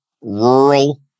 rural